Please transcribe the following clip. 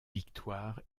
victoires